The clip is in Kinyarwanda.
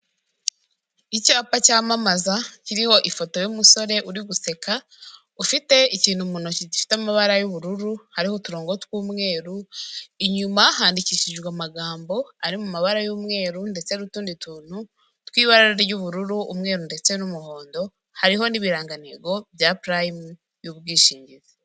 Icyapa cyamamaza, kiriho ifoto y'umusore uri guseka, ufite ikintu mu ntoki gifite amabara y'ubururu, hariho uturongo tw'umweru, inyuma handikishijwe amagambo ari mu mabara y'umweru, ndetse n'utundi tuntu tw'ibara ry'ubururu, umweru, ndetse n'umuhondo, hariho n'ibirangantego bya purayimu, by'ubwishingizi.